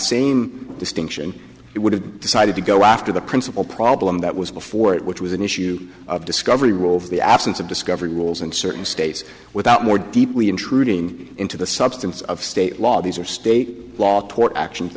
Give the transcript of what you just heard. same distinction it would have decided to go after the principle problem that was before it which was an issue of discovery rules the absence of discovery rules in certain states without more deeply intruding into the substance of state law these are state law tort actions